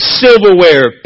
silverware